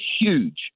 huge